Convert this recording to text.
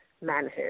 manhood